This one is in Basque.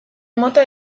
mota